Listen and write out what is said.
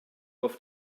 auf